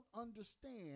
understand